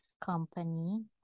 company